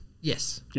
Yes